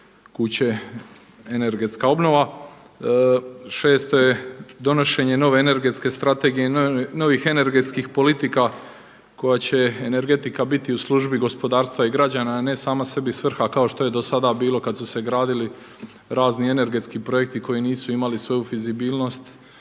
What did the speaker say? kuće energetska obnova. Šesto je donošenje nove energetske strategije i novih energetskih politika koja će energetika biti u službi gospodarstva i građana, a ne sama sebi svrha kao što je do sada bilo kad su se gradili razni energetski projekti koji nisu imali svoju fizibilnost